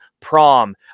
prom